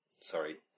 sorry